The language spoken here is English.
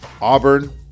Auburn